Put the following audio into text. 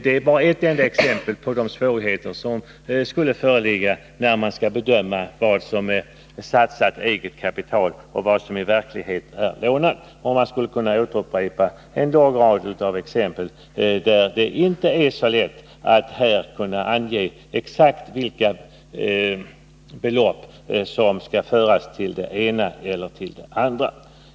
Det var bara ett enda exempel på de svårigheter som skulle föreligga när man skall bedöma vad som är eget satsat kapital och vad som i verkligheten är upplånat. Man skulle kunna räkna upp en lång rad av exempel som visar, att det inte är så lätt att ange exakt vilka belopp som skall föras till den ena resp. den andra kategorin.